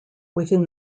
within